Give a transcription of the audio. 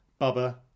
Bubba